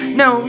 no